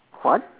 what